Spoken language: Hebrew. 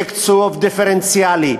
תקצוב דיפרנציאלי,